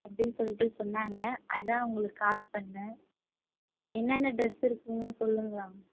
அப்படின்னு சொல்லிட்டு சொன்னாங்க அதுதான் உங்களுக்கு கால் பண்ணிணேன் என்னென்ன ட்ரெஸ் இருக்குதுன்னு சொல்லுங்களேன்